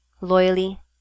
loyally